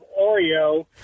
Oreo